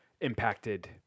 impacted